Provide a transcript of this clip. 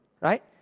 right